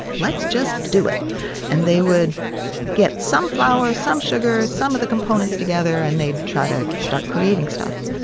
let's just do it and they would get some flour, some sugar, some of the components together and they'd try to start creating stuff.